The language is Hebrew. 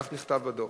כך נכתב בדוח.